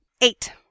Eight